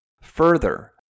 Further